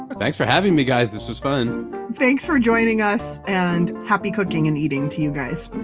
but thanks for having me guys. this was fun thanks for joining us and happy cooking and eating to you guys